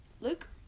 Luke